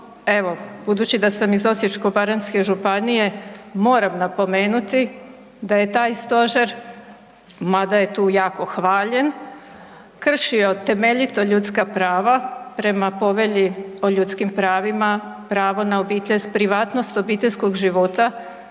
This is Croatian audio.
evo budući da sam iz Osječko-baranjske županije moram napomenuti da je taj stožer, mada je tu jako hvaljen, kršio temeljito ljudska prava prema Povelji o ljudskim pravima, pravo na obitelj, privatnost obiteljskog života